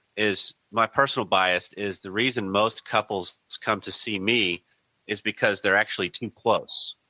is my personal bias, is the reason most couples come to see me is because they are actually too close,